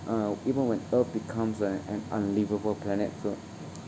uh even when earth becomes an an unlivable planet